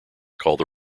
called